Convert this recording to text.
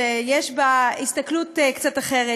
שיש בה הסתכלות קצת אחרת.